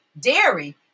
dairy